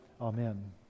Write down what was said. Amen